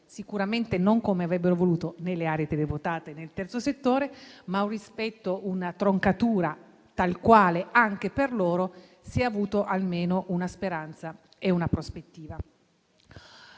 sicuramente non come avrebbero voluto né le aree terremotate, né il terzo settore, ma rispetto a una troncatura tal quale, anche per loro si è avuta almeno una speranza e una prospettiva.